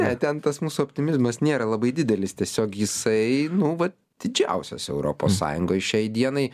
ne ten tas mūsų optimizmas nėra labai didelis tiesiog jisai nu vat didžiausias europos sąjungoj šiai dienai